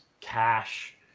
cash